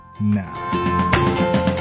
now